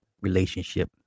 relationship